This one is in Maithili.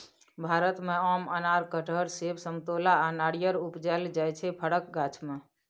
भारत मे आम, अनार, कटहर, सेब, समतोला आ नारियर उपजाएल जाइ छै फरक गाछ मे